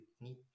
need